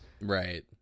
Right